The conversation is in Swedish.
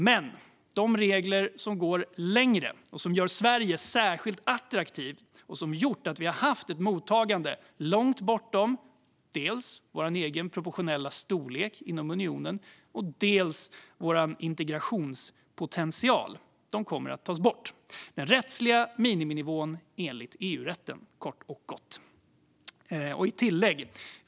Men de regler som går längre och som gör Sverige särskilt attraktivt och har gjort att vi har haft ett mottagande långt bortom dels vår egen proportionella storlek inom unionen, dels vår integrationspotential kommer att tas bort. Den rättsliga miniminivån enligt EU-rätten ska gälla, kort och gott. Jag vill göra ett tillägg.